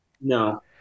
no